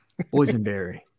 boysenberry